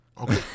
Okay